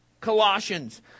Colossians